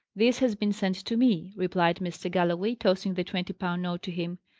this has been sent to me, replied mr. galloway, tossing the twenty-pound note to him.